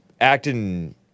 acting